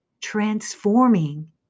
transforming